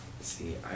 See